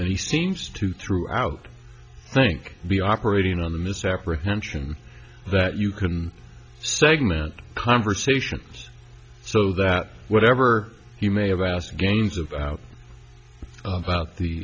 and he seems to throughout think be operating on the misapprehension that you can segment conversations so that whatever he may have asked gaines about about the